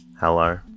Hello